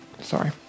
Sorry